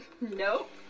Nope